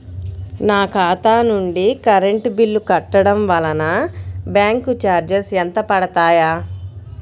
నా ఖాతా నుండి కరెంట్ బిల్ కట్టడం వలన బ్యాంకు చార్జెస్ ఎంత పడతాయా?